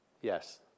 Yes